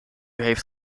heeft